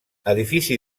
edifici